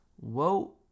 whoa